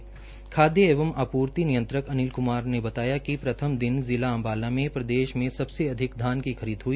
जिला खाद्य एवं आपूर्ति नियंत्रक अनिल क्मार ने बताया कि प्रथम दिन जिला अम्बाला में प्रदेश में सबसे अधिक धान की खरीद हुई